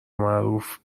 معروف